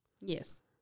Yes